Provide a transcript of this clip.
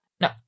No